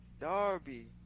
Darby